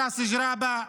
בראס ג'ראבה,